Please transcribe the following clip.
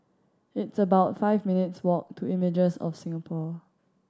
it's about five minutes' walk to Images of Singapore